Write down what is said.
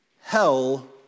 Hell